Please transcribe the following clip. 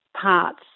parts